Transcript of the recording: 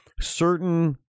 certain